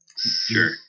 Sure